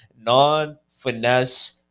non-finesse